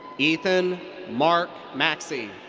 ethan mark maxey.